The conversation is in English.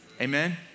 amen